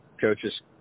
coaches